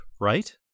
right